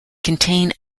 contain